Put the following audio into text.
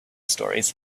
stories